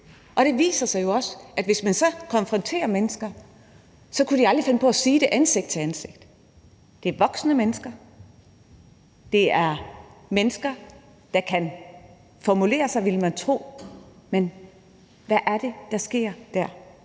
sig. Det viser sig jo også, at hvis man først konfronterer mennesker, så kunne de aldrig finde på at sige det ansigt til ansigt. Det er voksne mennesker. Det er mennesker, der kan formulere sig, ville man tro, men hvad er det, der sker dér?